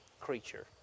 creature